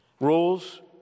Rules